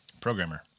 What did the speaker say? Programmer